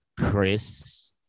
Chris